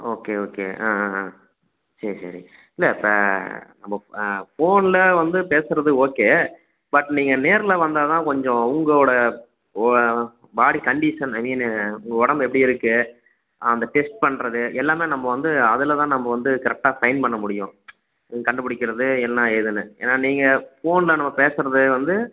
okay okay ஆ ஆ ஆ சரி சரி இல்லை இப்போ நம்ப ஃபோனில் வந்து பேசுறது ஓகே பட் நீங்கள் நேரில் வந்தால் தான் கொஞ்சம் உங்களோடய ஓ பாடி கண்டிஷன் ஐ மீன் உங்கள் உடம்பு எப்படி இருக்குது அந்த டெஸ்ட் பண்ணுறது எல்லாமே நம்ம வந்து அதில் தான் நம்ம வந்து கரெக்டாக ஃபைண்ட் பண்ண முடியும் கண்டுபிடிக்கிறது என்னா ஏதுன்னு ஏன்னா நீங்க ஃபோனில் நம்ம பேசுவது வந்து